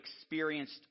experienced